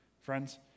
Friends